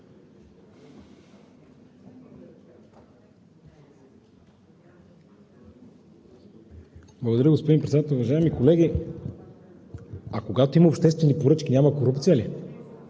Благодаря, господин Председател. Уважаеми колеги! А когато има обществени поръчки, няма корупция ли?!